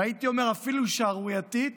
הייתי אומר אפילו שערורייתית,